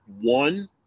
one